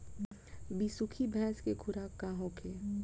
बिसुखी भैंस के खुराक का होखे?